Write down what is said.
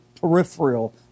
peripheral